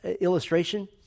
illustration